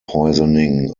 poisoning